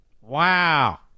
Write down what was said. Wow